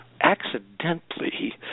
Accidentally